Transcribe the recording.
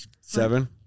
Seven